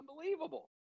unbelievable